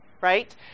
right